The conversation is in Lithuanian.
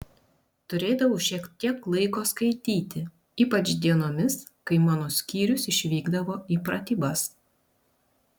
turėdavau šiek tiek laiko skaityti ypač dienomis kai mano skyrius išvykdavo į pratybas